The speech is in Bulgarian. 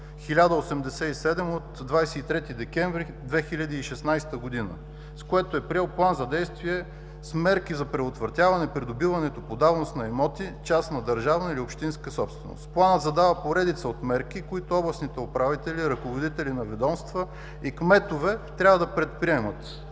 1087 от 23 декември 2016 г., с което е приел план за действие с мерки за предотвратяване придобиването по давност на имоти частна, държавна или общинска собственост. Планът задава поредица от мерки, които областните управители, ръководители на ведомства и кметове трябва да предприемат.